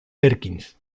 perkins